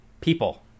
people